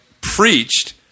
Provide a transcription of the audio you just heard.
preached